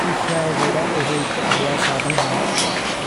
سیسہ جیہڑا اوہ اک سادھن ہے،